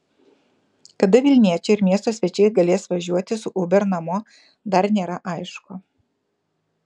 kada vilniečiai ir miesto svečiai galės važiuoti su uber namo dar nėra aišku